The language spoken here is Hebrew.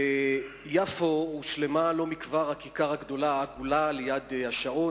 ביפו הושלמה לא מכבר הכיכר העגולה הגדולה ליד השעון,